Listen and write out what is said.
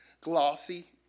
glossy